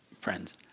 friends